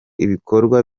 ibikorwa